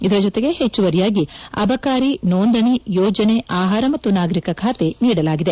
ಇದರ ಜೊತೆಗೆ ಹೆಚ್ಚುವರಿಯಾಗಿ ಅಬಕಾರಿ ನೊಂದಣೆ ಯೋಜನೆ ಆಹಾರ ಮತ್ತು ನಾಗರಿಕ ಬಾತೆ ನೀಡಲಾಗಿದೆ